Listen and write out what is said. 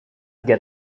get